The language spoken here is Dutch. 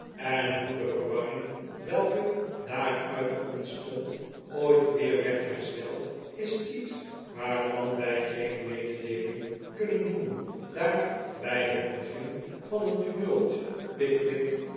en hoe de verwarring welke daaruit ontstond ooit weer werd hersteld is iets waarvan wij geen medcdeelmg kunnen doen daar bij het begin van het tumult pickwick